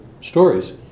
stories